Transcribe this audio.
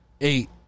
Eight